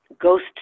ghost